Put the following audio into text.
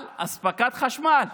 על אספקת חשמל,